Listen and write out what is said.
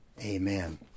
Amen